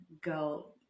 go